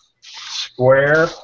Square